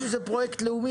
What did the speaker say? להמציא איזה פרויקט לאומי.